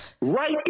right